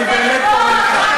מחוות כיבוש,